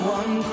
one